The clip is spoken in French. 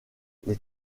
les